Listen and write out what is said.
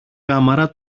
κάμαρα